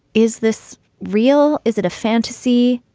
is this real? is it a fantasy?